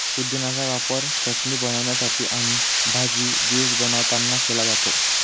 पुदिन्याचा वापर चटणी बनवण्यासाठी आणि भाजी, ज्यूस बनवतांना केला जातो